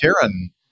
karen